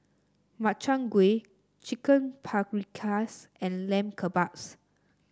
Makchang Gui Chicken Paprikas and Lamb Kebabs